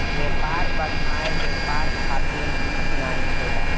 व्यापार बाधाएँ व्यापार खातिर निक नाइ होला